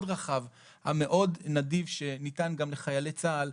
רחב ומאוד נדיב שניתן גם לחיילי צה"ל,